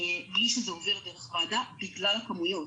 בלי שזה עובר דרך הוועדה בגלל הכמויות.